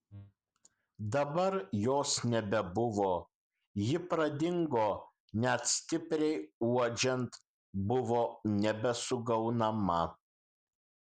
dabar jos nebebuvo ji pradingo net stipriai uodžiant buvo nebesugaunama